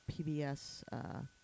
PBS